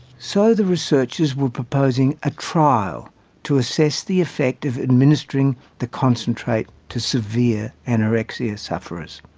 so the researchers were proposing a trial to assess the effect of administering the concentrate to severe anorexia sufferers.